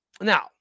Now